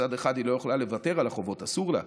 מצד אחד היא לא יכולה לוותר על החובות, אסור לה,